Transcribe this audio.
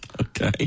Okay